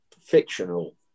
fictional